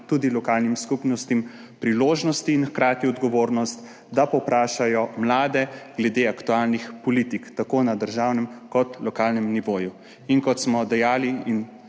tudi lokalnim skupnostim, priložnost in hkrati odgovornost, da povprašajo mlade glede aktualnih politik, tako na državnem kot lokalnem nivoju. Kot smo dejali,